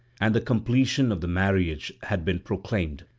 and the completion of the marriage had been proclaimed,